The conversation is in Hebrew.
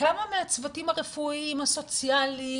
כמה מהצוותים הרפואיים הסוציאליים,